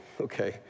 okay